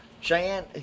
Cheyenne